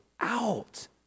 out